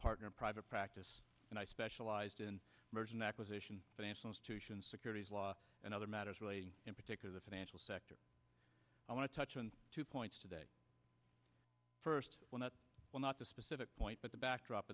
partner in private practice and i specialized in merchant acquisition financial institutions securities law and other matters relating in particular the financial sector i want to touch on two points today first one that will not the specific point but the backdrop